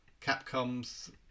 Capcom's